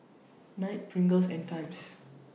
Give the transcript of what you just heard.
Knight Pringles and Times